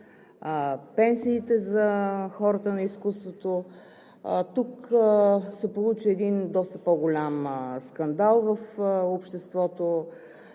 пенсиите за хората на изкуството. Тук се получи един доста по-голям скандал в обществото.